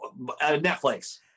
Netflix